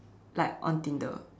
like on tinder